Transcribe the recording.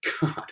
God